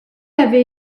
avait